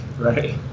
right